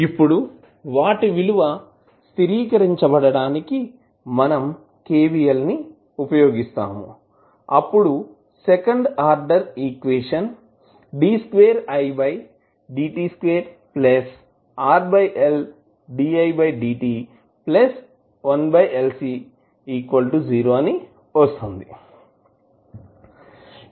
ఇప్పుడు వాటి విలువ స్థిరీకరించబడటానికి మనం KVL ని ఉపయోగిస్తాము అప్పుడు సెకండ్ ఆర్డర్ ఈక్వేషన్ వస్తుంది